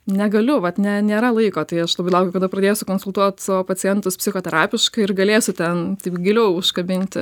negaliu vat ne nėra laiko tai aš labai laukiu kada pradėsiu konsultuot savo pacientus psichoterapiškai ir galėsiu ten taip giliau užkabinti